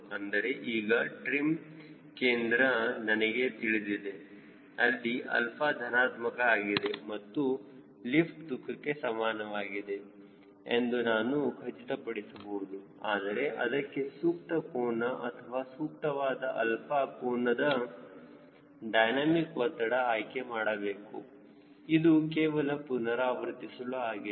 ಅಂದರೆ ಈಗ ಟ್ರಿಮ್ ಕೇಂದ್ರ ನನಗೆ ತಿಳಿದಿದೆ ಅಲ್ಲಿ ಅಲ್ಪ ಧನಾತ್ಮಕ ಆಗಿದೆ ಮತ್ತು ಲಿಫ್ಟ್ ತೂಕಕ್ಕೆ ಸಮಾನವಾಗಿದೆ ಎಂದು ನಾನು ಖಚಿತಪಡಿಸಬಹುದು ಆದರೆ ಅದಕ್ಕೆ ಸೂಕ್ತ ಕೋನ ಅಥವಾ ಸೂಕ್ತವಾದ ಅಲ್ಪ ಕೋನದ ಡೈನಮಿಕ್ ಒತ್ತಡ ಆಯ್ಕೆ ಮಾಡಬೇಕು ಇದು ಕೇವಲ ಪುನರಾವರ್ತಿಸಲು ಆಗಿದೆ